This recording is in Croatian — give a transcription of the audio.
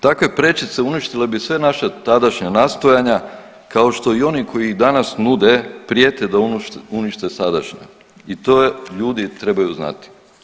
Takve prečice uništile bi sve naša tadašnja nastojanja kao što i oni koji ih danas nude prijete da unište sadašnje i to ljudi trebaju znati.